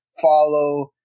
follow